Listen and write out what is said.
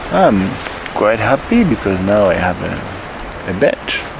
i'm quite happy because now i have a bench.